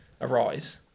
arise